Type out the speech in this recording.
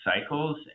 cycles